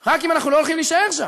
רק אם אנחנו לא הולכים להישאר שם,